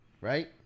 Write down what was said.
right